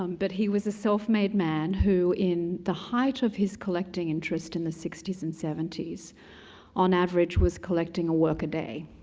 um but he was a self-made man who in the height of his collecting interest in the sixty s and seventy s on average was collecting a work a day.